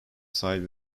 side